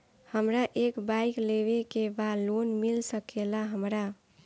हमरा एक बाइक लेवे के बा लोन मिल सकेला हमरा?